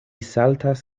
saltas